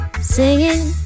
Singing